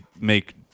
make